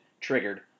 triggered